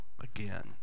again